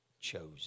chosen